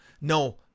No